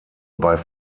bei